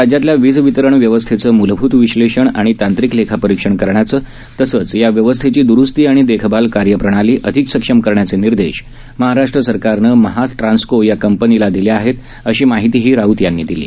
राज्यातल्या वीज वितरण व्यवस्थेचं मूलभूत विश्लेषण आणि तांत्रिक लेखापरीक्षण करण्याचे तसच या व्यवस्थेची द्रुस्ती आणि देखभाल कार्यप्रणाली अधिक सक्षम करण्याचे निर्देश महाराष्ट्र सरकारनं महाट्रान्स्को या कंपनीला दिले आहेत अशी माहितीही राऊत यांनी दिली